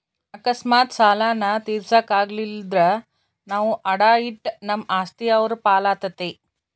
ಅಕಸ್ಮಾತ್ ಸಾಲಾನ ತೀರ್ಸಾಕ ಆಗಲಿಲ್ದ್ರ ನಾವು ಅಡಾ ಇಟ್ಟ ನಮ್ ಆಸ್ತಿ ಅವ್ರ್ ಪಾಲಾತತೆ